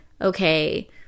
okay